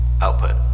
Output